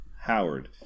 Howard